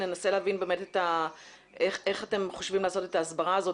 ננסה להבין איך אתם חושבים לעשות את ההסברה הזאת,